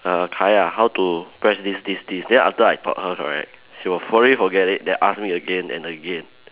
err Kaya how to press this this this then after I taught her correct she would probably forget it and ask me again and again